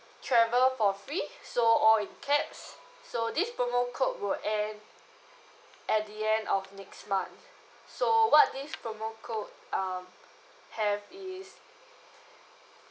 travel for free so all in caps so this promo code will end at the end of next month so what this promo code um have is